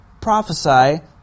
prophesy